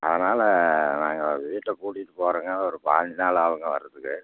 அதனால் நாங்கள் வீட்டைப் பூட்டிவிட்டு போகிறோங்க ஒரு பாய்ஞ்சி நாள் ஆகும்ங்க வர்றதுக்கு